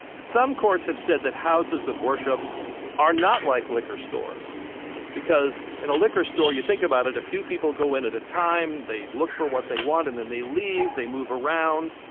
some courts have said that houses of worship are not like liquor stores because in a liquor store, you think about it, a few people go in at a time, they look for what they want, and then they leave, they move around.